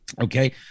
okay